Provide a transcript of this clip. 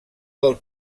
del